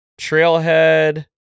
trailhead